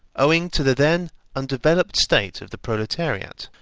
owing to the then undeveloped state of the proletariat,